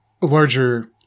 larger